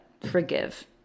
forgive